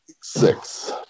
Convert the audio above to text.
Six